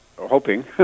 hoping